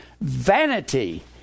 vanity